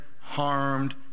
harmed